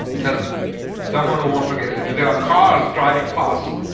tell me someone who wants to go to there are cars driving pass.